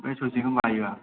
बे ससेखौनो बायो आं